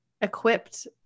equipped